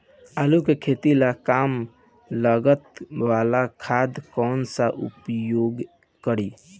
आलू के खेती ला कम लागत वाला खाद कौन सा उपयोग करी?